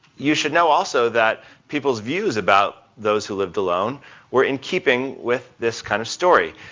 you should know also that peoples views about those who lived alone were in keeping with this kind of story.